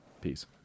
peace